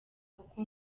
kuko